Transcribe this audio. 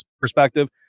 perspective